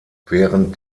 während